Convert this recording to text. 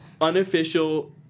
unofficial